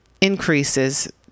increases